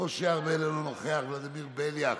משה ארבל, אינו נוכח, ולדימיר בליאק,